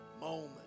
Moment